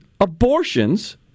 abortions